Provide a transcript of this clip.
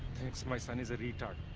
thinks my son is a retard.